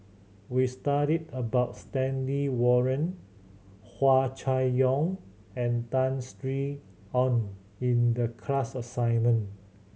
we studied about Stanley Warren Hua Chai Yong and Tan Sin Aun in the class assignment